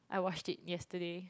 I washed it yesterday